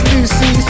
Lucy